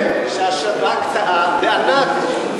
עכשיו אמרת שהשב"כ טעה בענק,